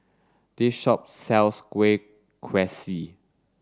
this shop sells kueh kaswi